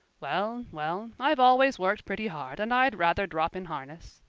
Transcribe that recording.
well, well, i've always worked pretty hard and i'd rather drop in harness.